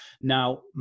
Now